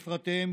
לפרטיהם,